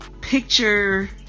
picture